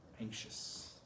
anxious